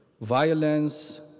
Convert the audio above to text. violence